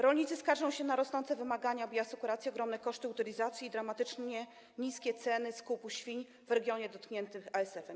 Rolnicy skarżą się na rosnące wymagania bioasekuracji, ogromne koszty utylizacji i dramatycznie niskie ceny skupu świń w regionie dotkniętym ASF-em.